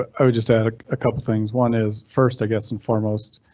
ah i would just add a couple things. one is first i guess and foremost